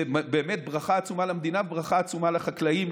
זה באמת ברכה עצומה למדינה וברכה עצומה לחקלאים,